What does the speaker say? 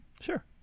Sure